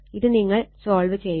ഇത് നിങ്ങൾ സോൾവ് ചെയ്യുക